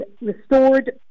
restored